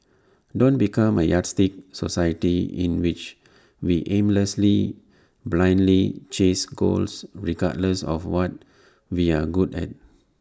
don't become A yardstick society in which we aimlessly blindly chase goals regardless of what we're good at